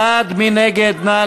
אני שאלתי איך אני מתנהל,